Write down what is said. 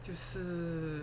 就是